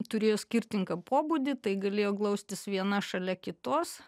turėjo skirtingą pobūdį tai galėjo glaustis viena šalia kitos